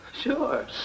Sure